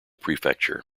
prefecture